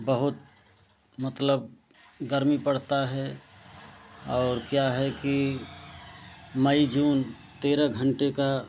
बहुत मतलब गर्मी पड़ता है और क्या है कि मई जून तेरह घंटे का